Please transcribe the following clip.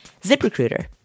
ZipRecruiter